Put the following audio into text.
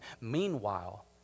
Meanwhile